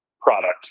product